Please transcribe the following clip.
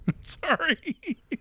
sorry